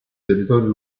territorio